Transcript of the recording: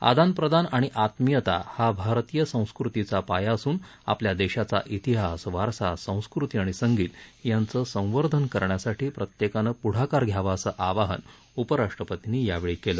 आदानप्रदान आणि आत्मीयता हा भारतीय संस्कृतीचा पाया असून आपल्या देशाचा प्तिहास वारसा संस्कृती आणि संगीत यांचं संवर्धन करण्यासाठी प्रत्येकानं पुढाकार घ्यावा असं आवाहन उपराष्ट्रपर्तींनी केलं